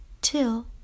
till